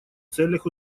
целях